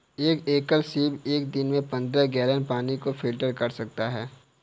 एक एकल सीप एक दिन में पन्द्रह गैलन पानी को फिल्टर कर सकता है